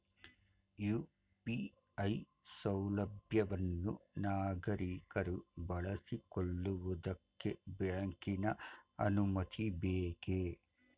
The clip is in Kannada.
ಯು.ಪಿ.ಐ ಸೌಲಭ್ಯವನ್ನು ನಾಗರಿಕರು ಬಳಸಿಕೊಳ್ಳುವುದಕ್ಕೆ ಬ್ಯಾಂಕಿನ ಅನುಮತಿ ಬೇಕೇ?